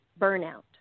burnout